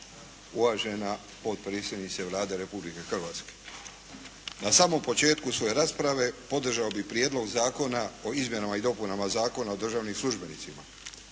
uvažena potpredsjednice Vlade Republike Hrvatske. Na samom početku svoje rasprave podržao bih Prijedlog zakona o izmjenama i dopunama Zakona o državnim službenicima.